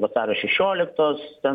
vasario šešioliktos ten